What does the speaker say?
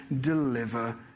deliver